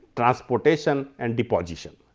transportation and deposition.